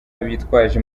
bitwaje